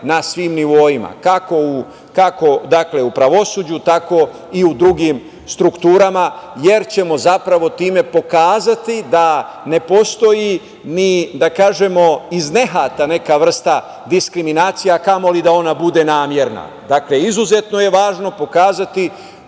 na svim nivoima, kako u pravosuđu, tako i u drugim strukturama, jer ćemo zapravo time pokazati da ne postoji, da kažemo iz nehata neka vrsta diskriminacija, a kamoli da ona bude namerna. Dakle, izuzetno je važno pokazati